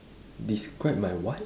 describe my what